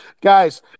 Guys